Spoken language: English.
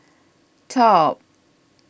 top